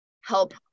help